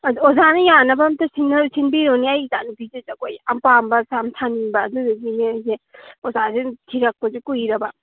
ꯑꯣꯖꯥꯅ ꯌꯥꯅꯕ ꯑꯝꯇ ꯁꯤꯟꯕꯤꯌꯨꯅꯦ ꯑꯩ ꯏꯆꯥ ꯅꯨꯄꯤꯁꯦ ꯖꯒꯣꯏ ꯌꯥꯝ ꯄꯥꯝꯕ ꯌꯥꯝ ꯁꯥꯅꯤꯡꯕ ꯑꯗꯨꯗꯨꯒꯤꯅꯦ ꯑꯩꯁꯦ ꯑꯣꯖꯥꯁꯦ ꯊꯤꯔꯛꯄꯁꯦ ꯀꯨꯏꯔꯕ